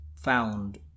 found